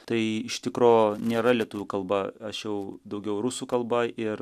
tai iš tikro nėra lietuvių kalba aš jau daugiau rusų kalba ir